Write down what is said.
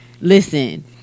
Listen